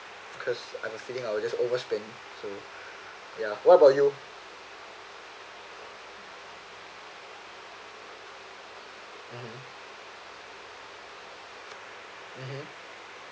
cause I have a feeling I'll just over spent so ya what about you mmhmm mmhmm